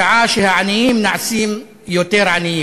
בשעה שהעניים נעשים יותר עניים.